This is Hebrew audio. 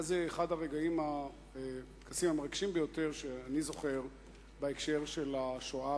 היה זה אחד הטקסים המרגשים ביותר שאני זוכר בהקשר של השואה,